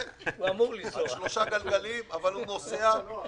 שלושה גלגלים, אבל נוסע.